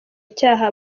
cyaha